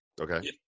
Okay